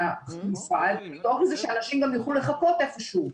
מהמפעל ושאנשים גם ילכו לחכות במקום כלשהו.